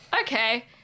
Okay